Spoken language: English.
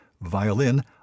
violin